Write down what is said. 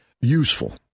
useful